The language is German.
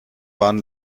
waren